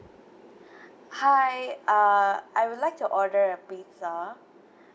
hi uh I would like to order a pizza